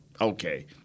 okay